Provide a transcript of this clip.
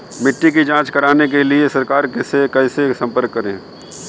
मिट्टी की जांच कराने के लिए सरकार से कैसे संपर्क करें?